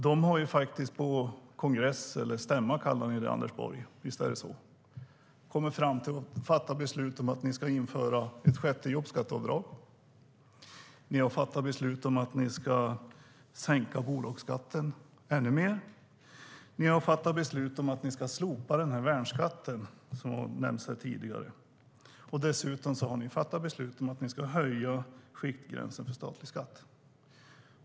De har på sin stämma kommit fram till ett beslut om att ni ska införa ett sjätte jobbskatteavdrag. Ni har fattat beslut om att sänka bolagsskatten ännu mer. Ni har fattat beslut om att ni ska slopa värnskatten, som nämndes här tidigare. Dessutom har ni fattat beslut om att höja skiktgränsen för statlig skatt.